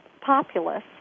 populace